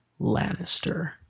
Lannister